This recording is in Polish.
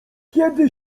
kiedy